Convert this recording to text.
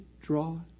draw